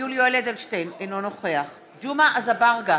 יולי יואל אדלשטיין, אינו נוכח ג'מעה אזברגה,